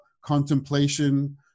contemplation